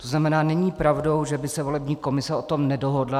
To znamená, není pravdou, že by se volební komise o tom nedohodla.